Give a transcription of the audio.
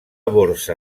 borsa